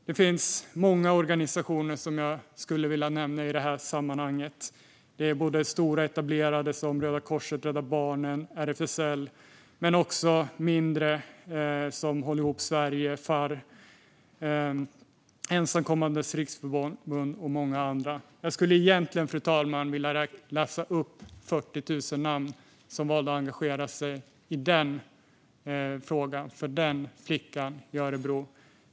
Det finns många organisationer som jag skulle vilja nämna i det här sammanhanget - stora och etablerade som Röda Korset, Rädda Barnen och RFSL men också mindre organisationer som Håll ihop Sverige, Ensamkommandes Riksförbund och många andra. Jag skulle egentligen, fru talman, vilja läsa upp 40 000 namn på personer som valde att engagera sig för flickan i Örebro.